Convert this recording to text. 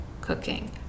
cooking